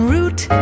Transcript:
Route